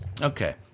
Okay